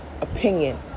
opinion